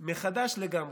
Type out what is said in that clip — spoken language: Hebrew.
מחדש לגמרי.